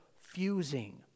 fusing